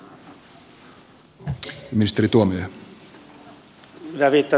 herra puhemies